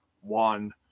one